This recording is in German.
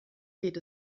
geht